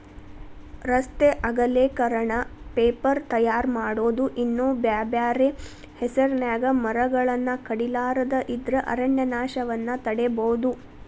ರಸ್ತೆ ಅಗಲೇಕರಣ, ಪೇಪರ್ ತಯಾರ್ ಮಾಡೋದು ಇನ್ನೂ ಬ್ಯಾರ್ಬ್ಯಾರೇ ಹೆಸರಿನ್ಯಾಗ ಮರಗಳನ್ನ ಕಡಿಲಾರದ ಇದ್ರ ಅರಣ್ಯನಾಶವನ್ನ ತಡೇಬೋದು